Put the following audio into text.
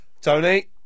Tony